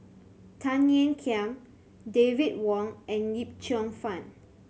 Tan Ean Kiam David Wong and Yip Cheong Fun